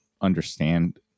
understand